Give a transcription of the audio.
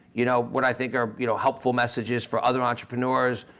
you know, what i think are you know helpful messages for other entrepreneurs,